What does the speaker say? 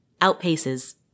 outpaces